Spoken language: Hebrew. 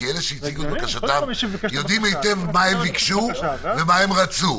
כי הם יודעים מה רצו ומה ביקשו.